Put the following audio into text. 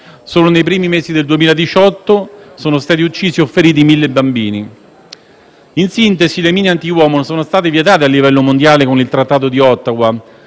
Solo nei primi mesi del 2018 sono stati uccisi o feriti 1.000 bambini. In sintesi, le mine antiuomo sono state vietate a livello mondiale con il Trattato di Ottawa,